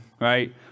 right